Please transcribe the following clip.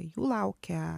jų laukia